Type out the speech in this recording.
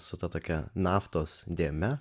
su ta tokia naftos dėme